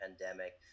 pandemic